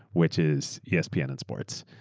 which is yeah espn and and sports.